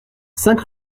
cinq